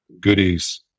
goodies